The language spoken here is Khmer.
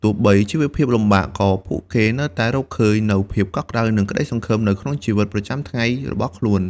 ទោះបីជីវភាពលំបាក ក៏ពួកគេនៅតែរកឃើញនូវភាពកក់ក្ដៅ និងក្ដីសង្ឃឹមនៅក្នុងជីវិតប្រចាំថ្ងៃរបស់ខ្លួន។